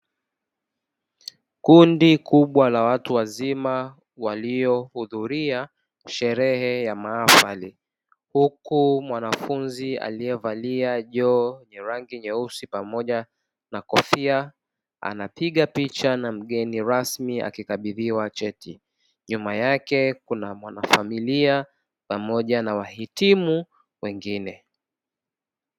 Kundi kubwa la watu wazima waliohudhuria sherehe ya maafali; huku mwanafunzi aliye valia joho lenye rangi nyeusi pamoja na kofia, anapiga picha na mgeni rasmi akikabidhiwa cheti; nyuma yake kuna mwanafamilia pamoja na wahitimu wengine.